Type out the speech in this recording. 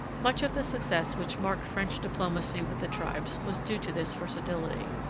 much of the success which marked french diplomacy with the tribes was due to this versatility.